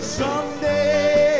someday